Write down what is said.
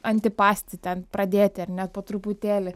antipasti ten pradėti ar ne po truputėlį